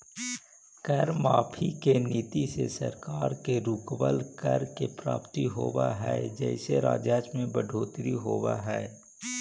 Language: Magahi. कर माफी के नीति से सरकार के रुकवल, कर के प्राप्त होवऽ हई जेसे राजस्व में बढ़ोतरी होवऽ हई